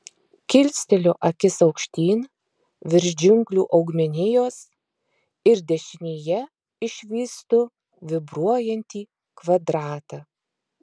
kilsteliu akis aukštyn virš džiunglių augmenijos ir dešinėje išvystu vibruojantį kvadratą